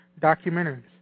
documentaries